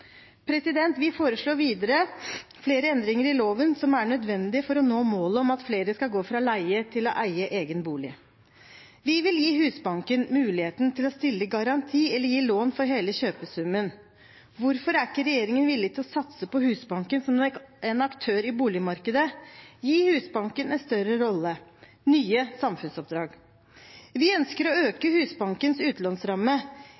Vi foreslår videre flere endringer i loven som er nødvendige for å nå målet om at flere skal gå fra å leie til å eie egen bolig. Vi vil gi Husbanken muligheten til å stille garanti eller gi lån for hele kjøpesummen. Hvorfor er ikke regjeringen villig til å satse på Husbanken som en aktør i boligmarkedet, gi Husbanken en større rolle, nye samfunnsoppdrag? Vi ønsker å